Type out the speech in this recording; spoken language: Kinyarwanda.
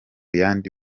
yandi